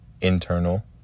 internal